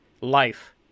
life